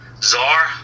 czar